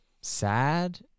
sad